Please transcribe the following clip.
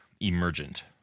emergent